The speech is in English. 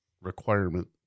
requirement